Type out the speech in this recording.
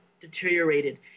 deteriorated